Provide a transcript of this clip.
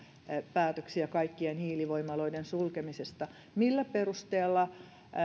päätöksiä kaikkien hiilivoimaloiden sulkemisesta millä perusteella